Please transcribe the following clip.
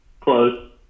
close